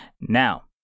Now